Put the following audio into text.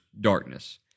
darkness